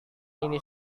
ini